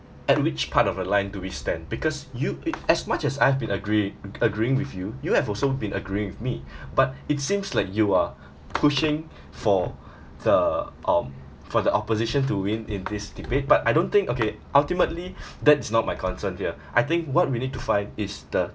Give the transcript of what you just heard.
at which part of the line do we stand because you it as much as I have been agreed agreeing with you you have also been agreeing with me but it seems like you are pushing for the um for the opposition to win in this debate but I don't think okay ultimately that is not my concern here I think what we need to find is the